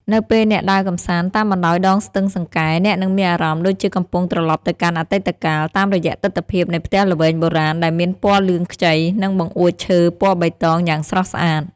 នៅពេលអ្នកដើរកម្សាន្តតាមបណ្តោយដងស្ទឹងសង្កែ អ្នកនឹងមានអារម្មណ៍ដូចជាកំពុងត្រលប់ទៅកាន់អតីតកាល តាមរយៈទិដ្ឋភាពនៃផ្ទះល្វែងបុរាណដែលមានពណ៌លឿងខ្ចី និងបង្អួចឈើពណ៌បៃតងយ៉ាងស្រស់ស្អាត។